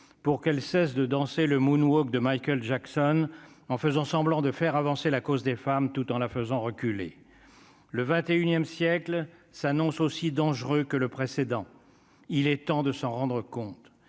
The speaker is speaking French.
pour qu'elle cesse de danser le Moonwalk de Michael Jackson, en faisant semblant de faire avancer la cause des femmes tout en la faisant reculer le 21ième siècle s'annonce aussi dangereux que le précédent, il est temps de s'en rendre compte,